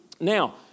Now